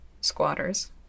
Squatters